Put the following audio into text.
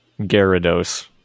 Gyarados